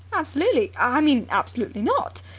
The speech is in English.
absolutely! i mean absolutely not!